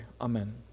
amen